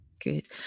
good